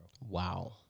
Wow